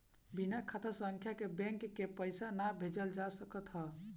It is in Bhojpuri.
बिना खाता संख्या के बैंक के पईसा ना भेजल जा सकत हअ